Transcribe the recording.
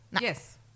Yes